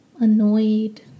annoyed